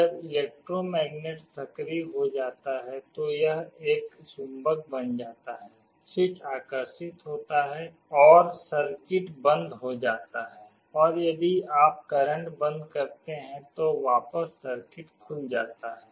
जब इलेक्ट्रोमैग्नेट सक्रिय हो जाता है तो यह एक चुंबक बन जाता है स्विच आकर्षित होता है और सर्किट बंद हो जाता है और यदि आप करंट बंद करते हैं तो वापस सर्किट खुल जाता है